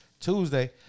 tuesday